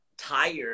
tired